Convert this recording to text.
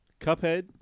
Cuphead